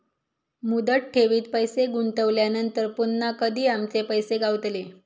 मुदत ठेवीत पैसे गुंतवल्यानंतर पुन्हा कधी आमचे पैसे गावतले?